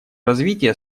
развитие